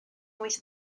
wyth